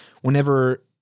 Whenever